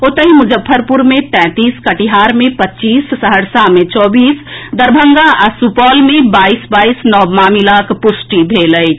ओतहि मुजफ्फरपुर मे तैंतीस कटिहार मे पच्चीस सहरसा मे चौबीस दरभंगा आ सुपौल मे बाईस बाईस नव मामिलाक पुष्टि भेल अछि